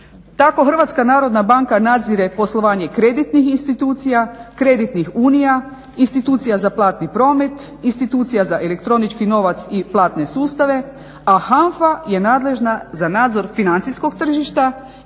Tako HNB nadzire poslovanje kreditnih institucija, kreditnih unija, institucija za platni promet, institucija za elektronički novac i platne sustave. A HANFA je nadležna za nadzor financijskog tržišta